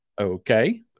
Okay